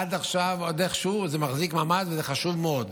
עד עכשיו איכשהו זה מחזיק מעמד, וזה חשוב מאוד.